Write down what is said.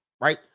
right